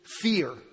fear